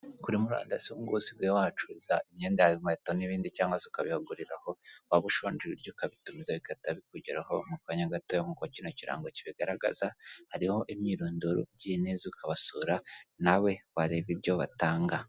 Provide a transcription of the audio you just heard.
Kuri murandasi ubu ngubu usigagaye wahacuza imyenda yawe inkweto n'ibindi cyangwa se ukaba wabihaguriraho, waba ushonje ugatumiza ibiryo ukabitumizata bikugeraho mu kanya gato n'kuko kino kirango kibigaragaza hariho imyirondoro ugiye ukabasura nawe wareba ibyo batanga.